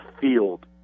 field